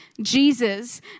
Jesus